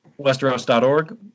westeros.org